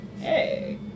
hey